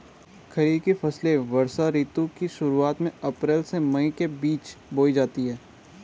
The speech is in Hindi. खरीफ की फसलें वर्षा ऋतु की शुरुआत में, अप्रैल से मई के बीच बोई जाती हैं